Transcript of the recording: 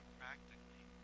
practically